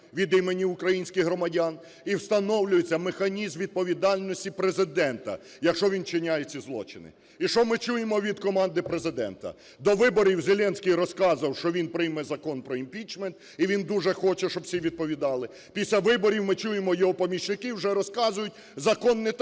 від імені українських громадян і встановлюється механізм відповідальності Президента, якщо він вчиняє ці злочини. І що ми чуємо від команди Президента? До виборів Зеленський розказував, що він прийме Закон про імпічмент, і він дуже хоче, щоб всі відповідали. Після виборів, ми чуємо, його помічники вже розказують: закон не такий.